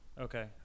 Okay